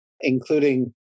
including